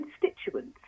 constituents